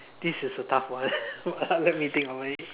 this is a tough one let me think about it